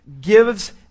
gives